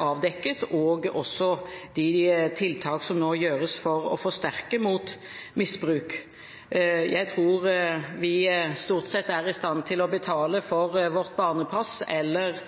avdekket, og de tiltak som nå gjøres for å forhindre misbruk. Jeg tror vi stort sett er i stand til å betale for vårt barnepass eller